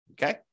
Okay